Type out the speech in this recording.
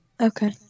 Okay